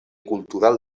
cultural